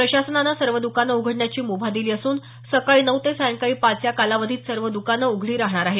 प्रशासनानं सर्व दकानं उघडण्याची मुभा दिली असून सकाळी नऊ ते सायंकाळी पाच या कालावधीत सर्व द्कानं उघडी राहणार आहे